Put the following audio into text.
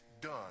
done